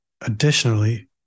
Additionally